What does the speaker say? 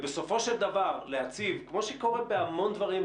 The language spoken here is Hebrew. בסופו של דבר כמו שקורה בהמון דברים,